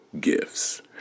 gifts